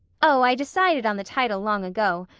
oh, i decided on the title long ago.